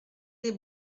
les